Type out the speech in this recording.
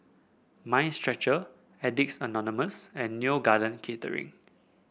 Mind Stretcher Addicts Anonymous and Neo Garden Catering